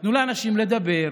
נתנו לאנשים לדבר,